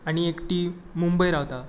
आनी एकटी मुंबय रावता